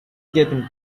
getting